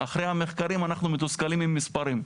אחרי המחקרים אנחנו מתוסכלים עם מספרים.